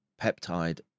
peptide